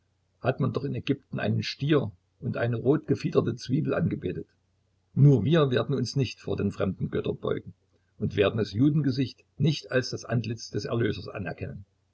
hat man doch in ägypten einen stier und eine rotgefiederte zwiebel angebetet nur wir werden uns nicht vor den fremden göttern beugen und werden das judengesicht nicht als das antlitz des erlösers anerkennen